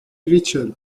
ریچل